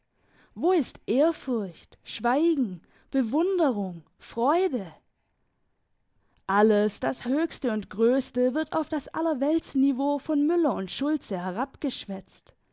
wo ist ehrfurcht schweigen bewunderung freude alles das höchste und grösste wird auf das allerweltsniveau von müller und schultze